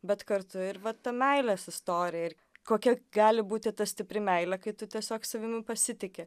bet kartu ir va ta meilės istorija ir kokia gali būti ta stipri meilė kai tu tiesiog savimi pasitiki